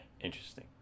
interesting